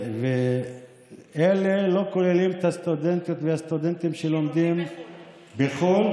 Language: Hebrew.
אלה לא כוללים את הסטודנטיות והסטודנטים שלומדים בחו"ל,